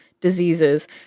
diseases